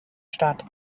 stadt